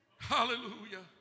Hallelujah